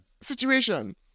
situation